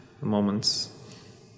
moments